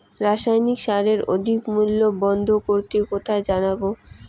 রাসায়নিক সারের অধিক মূল্য বন্ধ করতে কোথায় জানাবো?